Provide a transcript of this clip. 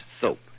soap